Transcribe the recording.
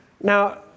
Now